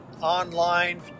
online